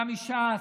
גם מש"ס,